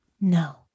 No